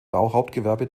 bauhauptgewerbe